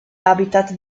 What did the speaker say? habitat